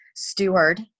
steward